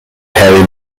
harry